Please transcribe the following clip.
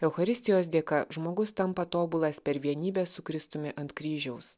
eucharistijos dėka žmogus tampa tobulas per vienybę su kristumi ant kryžiaus